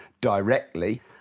directly